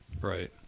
Right